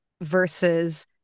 versus